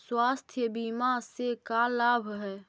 स्वास्थ्य बीमा से का लाभ है?